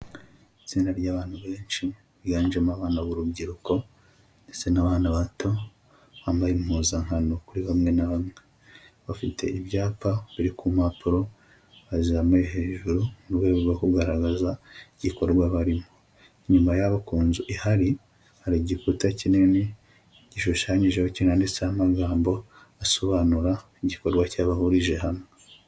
Itsinda ry'abantu benshi biganjemo abana b'urubyiruko ndetse n'abana bato bambaye impuzankano kuri bamwe na bamwe, bafite ibyapa biri ku mpapuro bazamuye hejuru mu rwego rwo kugaragaza igikorwa barimo. Inyuma yabo ku nzu ihari, hari igikuta kinini gishushanyijeho kinandetsetseho amagambo asobanura igikorwa cyabahurije hamwe.